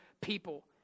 people